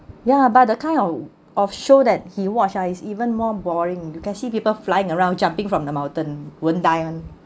ya but the kind o~ of show that he watch ah is even more boring you can see people flying around jumping from the mountain won't die [one]